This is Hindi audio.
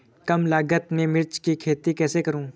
कम लागत में मिर्च की खेती कैसे करूँ?